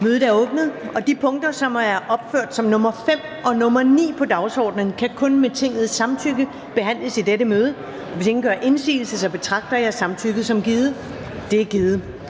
(Karen Ellemann): De punkter, som er opført som nr. 5 og nr. 9 på dagsordenen, kan kun med Tingets samtykke behandles i dette møde. Hvis ingen gør indsigelse, betragter jeg samtykket som givet. Det er givet.